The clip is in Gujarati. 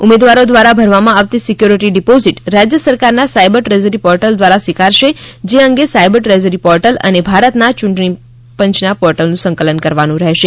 ઉમેદવારો દ્વારા ભરવામાં આવતી સિક્યુરિટી ડિપોઝિટ રાજ્ય સરકારના સાયબર ટ્રેઝરી પોર્ટલ દ્વારા સ્વીકારાશે જે અંગે સાયબર ટ્રેઝરી પોર્ટલ અને ભારતના યૂંટણી પંચના પોર્ટલનું સંકલન કરવાનું રહેશે